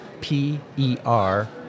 P-E-R